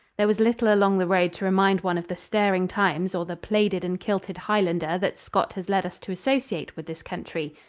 there was little along the road to remind one of the stirring times or the plaided and kilted highlander that scott has led us to associate with this country.